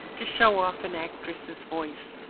to show off an actress's voice.